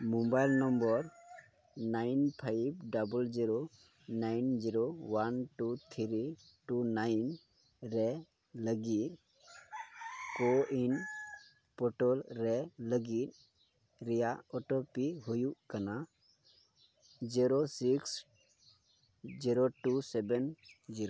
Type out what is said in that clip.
mobile number nine five double zero nine zero one two three two nine ᱨᱮ ᱞᱟᱹᱜᱤᱫ CoWIN portal ᱨᱮ ᱞᱟᱹᱜᱤᱫ ᱨᱮᱭᱟᱜ ᱳ ᱴᱤ ᱯᱤ ᱦᱩᱭᱩᱜ ᱠᱟᱱᱟ zero six zero two seven zero